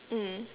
mm